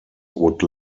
would